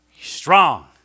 strong